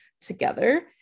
together